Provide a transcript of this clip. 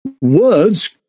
Words